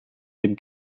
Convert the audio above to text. dem